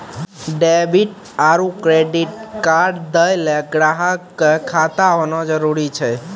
debit आरू credit card दैय ल ग्राहक क खाता होना जरूरी छै